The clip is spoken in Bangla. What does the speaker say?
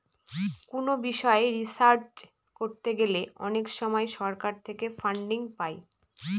কোনো বিষয় রিসার্চ করতে গেলে অনেক সময় সরকার থেকে ফান্ডিং পাই